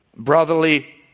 Brotherly